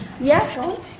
Yes